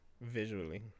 visually